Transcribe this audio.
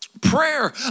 prayer